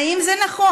האם זה נכון?